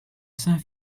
saint